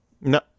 no